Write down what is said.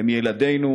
הם ילדינו,